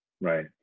Right